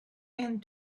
and